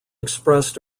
expressed